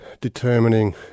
determining